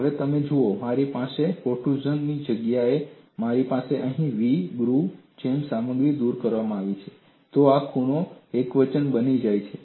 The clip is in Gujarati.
હવે જો તમે જુઓ મારી પાસે પ્રોટ્રુઝન ની જગ્યાએ છે જો મારી પાસે અહીં V ગ્રુવની જેમ સામગ્રી દૂર કરવામાં આવે છે તો આ ખૂણો એકવચન બની જાય છે